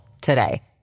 today